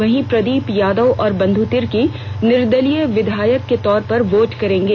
वहीं प्रदीप यादव और बंध् तिर्की निर्दलीय विधायक के तौर पर वोट करेंगे